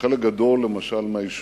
שבה חלק גדול מהאישורים,